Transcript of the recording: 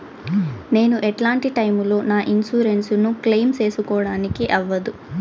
నేను ఎట్లాంటి టైములో నా ఇన్సూరెన్సు ను క్లెయిమ్ సేసుకోవడానికి అవ్వదు?